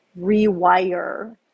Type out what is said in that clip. rewire